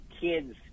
kids